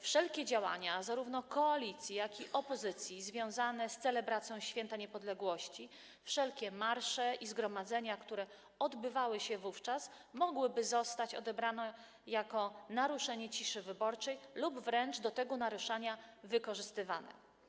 Wszelkie działania zarówno koalicji, jak i opozycji związane z celebracją święta niepodległości, wszelkie marsze i zgromadzenia, które odbywałyby się wówczas, mogłyby zostać odebrane jako naruszenie ciszy wyborczej lub wręcz do jej naruszania wykorzystywane.